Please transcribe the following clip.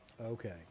Okay